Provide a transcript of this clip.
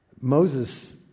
Moses